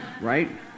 right